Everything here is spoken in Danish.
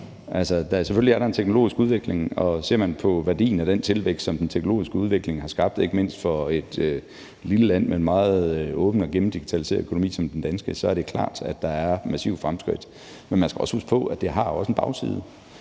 selvfølgelig en teknologisk udvikling, og ser man på værdien af den tilvækst, som den teknologiske udvikling har skabt, ikke mindst for et lille land med en meget åben og gennemdigitaliseret økonomi som den danske, så er det klart, at der er massive fremskridt. Men man skal huske på, at det også har en bagside,